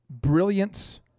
brilliance